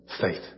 Faith